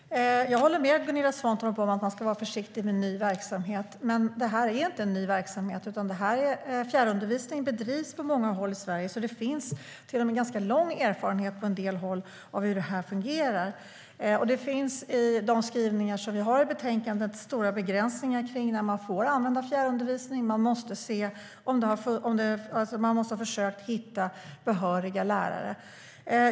Fru talman! Jag håller med Gunilla Svantorp om att man ska vara försiktig med ny verksamhet. Men det här är inte ny verksamhet. Fjärrundervisning bedrivs på många håll i Sverige. På en del håll finns det till och med ganska lång erfarenhet av hur det fungerar. I de skrivningar som vi har i betänkandet finns det stora begränsningar för när man får använda fjärrundervisning. Man måste ha försökt hitta behöriga lärare.